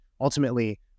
ultimately